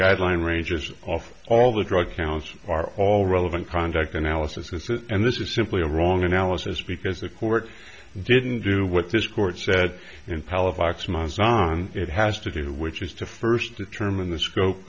guideline ranges of all the drug counts are all relevant conduct analysis and this is simply a wrong analysis because the court didn't do what this court said in palafox manzano it has to do which is to first determine the scope